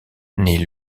nait